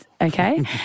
okay